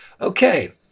Okay